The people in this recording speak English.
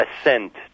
ascent